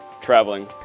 Traveling